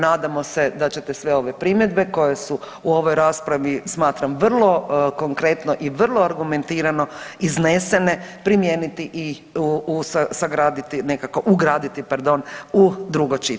Nadamo se da ćete sve ove primjedbe koje su u ovoj raspravi smatram vrlo konkretno i vrlo argumentirano iznesene primijeniti i sagraditi nekako, ugraditi pardon u drugo čitanje.